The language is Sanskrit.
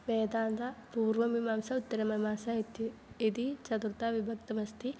वेदान्त पूर्वमीमांसा उत्तरमीमांसा इति इति चतुर्धा विभक्तमस्ति